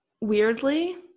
Weirdly